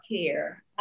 care